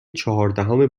چهاردهم